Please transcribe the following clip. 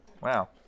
Wow